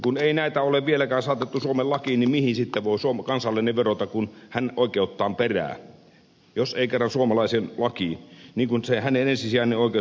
kun ei näitä ole vieläkään saatettu suomen lakiin niin mihin sitten voi kansalainen vedota kun hän oikeuttaan perää jos ei kerran suomalaiseen lakiin kun se hänen ensisijainen oikeusturvansa siellä onkin